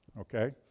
Okay